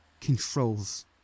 controls